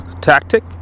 tactic